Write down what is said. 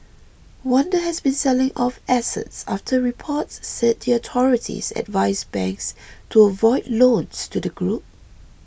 Wanda has been selling off assets after reports said the authorities advised banks to avoid loans to the group